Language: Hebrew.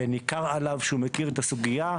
וניכר עליו שהוא מכיר את הסוגיה,